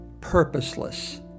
purposeless